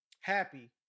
Happy